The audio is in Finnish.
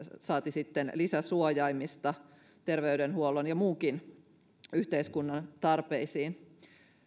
saati sitten lisäsuojaimista terveydenhuollon ja muunkin yhteiskunnan tarpeisiin